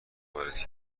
بررسی